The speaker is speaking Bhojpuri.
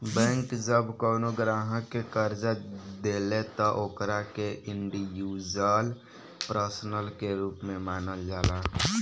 बैंक जब कवनो ग्राहक के कर्जा देले त ओकरा के इंडिविजुअल पर्सन के रूप में मानल जाला